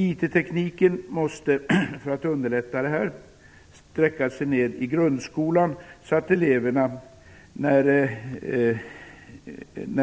IT-tekniken måste för att underlätta det här sträcka sig ned i grundskolan så att eleverna när